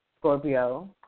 Scorpio